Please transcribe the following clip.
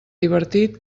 divertit